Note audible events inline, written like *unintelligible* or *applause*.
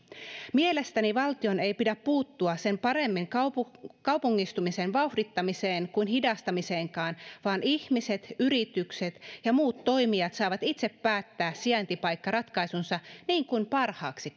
mielestäni valtion ei pidä puuttua sen paremmin kaupungistumisen kaupungistumisen vauhdittamiseen kuin hidastamiseenkaan vaan ihmiset yritykset ja muut toimijat saavat itse päättää sijaintipaikkaratkaisunsa niin kuin parhaaksi *unintelligible*